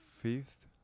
fifth